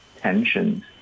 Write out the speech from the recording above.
tensions